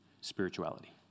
spirituality